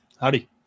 Howdy